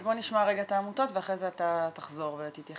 אז בוא נשמע רגע את העמותות ואחרי זה אתה תחזור ותתייחס.